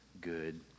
good